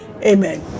Amen